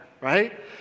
right